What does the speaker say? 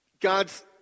god's